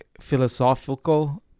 philosophical